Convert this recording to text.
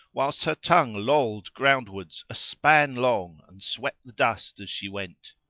whilst her tongue lolled ground wards a span long and swept the dust as she went.